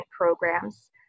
programs